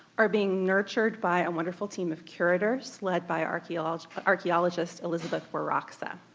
are being nurtured by a wonderful team of curators led by archaeologist but archaeologist elizabeth waraksa.